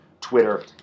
Twitter